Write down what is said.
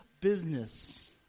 business